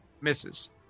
misses